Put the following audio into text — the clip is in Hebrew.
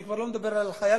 אני כבר לא מדבר על חייל